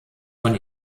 von